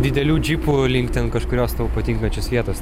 didelių džipų link ten kažkurios tau patinkančios vietos